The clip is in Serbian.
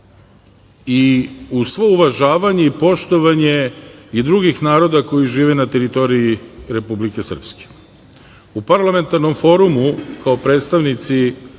i uz svo uvažavanje i poštovanje drugih naroda koji žive na teritoriji Republike Srpske. U Parlamentarnom forumu, kao predstavnici,